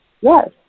Yes